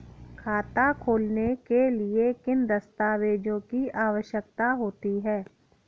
खाता खोलने के लिए किन दस्तावेजों की आवश्यकता होती है?